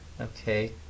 Okay